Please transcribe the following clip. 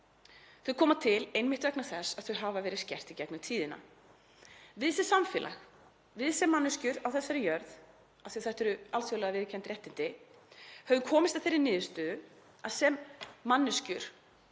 Þau koma til einmitt vegna þess að þau hafa verið skert í gegnum tíðina. Við sem samfélag, við sem manneskjur á þessari jörð, af því að þetta eru alþjóðlega viðurkennd réttindi, höfum komist að þeirri niðurstöðu að sem manneskjur